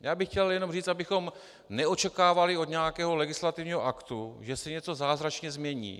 Já bych chtěl jenom říct, abychom neočekávali od nějakého legislativního aktu, že se něco zázračně změní.